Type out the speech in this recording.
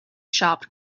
sharp